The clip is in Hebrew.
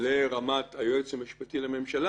לרמת היועץ המשפטי לממשלה,